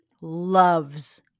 loves